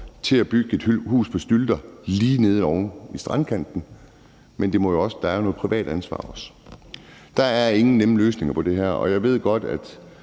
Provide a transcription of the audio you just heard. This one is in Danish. til at bygge et hus på stylter lige nede ved strandkanten? Men der er der også et privat ansvar. Der er ingen nemme løsninger på det her. Som nordjyde